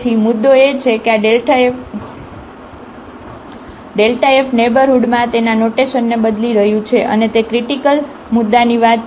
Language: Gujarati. તેથી મુદ્દો એ છે કે આ f નેઇબરહુડમાં તેના નોટેશનને બદલી રહ્યું છે અને તે ક્રિટીકલ ક્રિટીકલ મુદ્દાની વાત છે